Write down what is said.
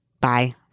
Bye